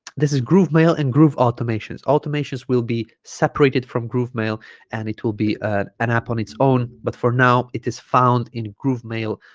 this is groovemail and groove automations automations will be separated from groovemail and it will be an app on its own but for now it is found in groovemail